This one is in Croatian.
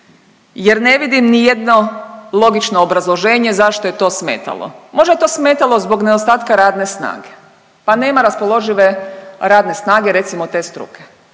jer ne vidim nijedno logično obrazloženje zašto je to smetalo. Možda je to smetalo zbog nedostatka radne snage, pa nema raspoložive radne snage recimo te struke.